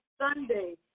Sunday